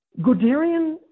Guderian